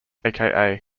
aka